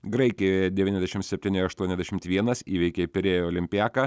graikijoje deviniasdešimt septyni aštuoniasdešimt vienas įveikė pirėjo olympiaką